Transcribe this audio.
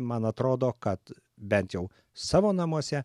man atrodo kad bent jau savo namuose